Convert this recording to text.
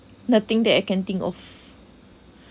nothing that I can think of